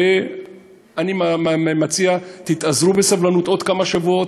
אני מציע שתתאזרו בסבלנות עוד כמה שבועות.